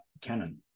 Canon